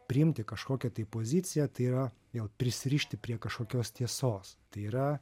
priimti kažkokią tai poziciją tai yra jo prisirišti prie kažkokios tiesos tai yra